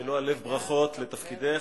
מלוא הלב ברכות על תפקידך,